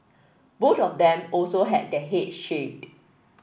both of them also had their head shaved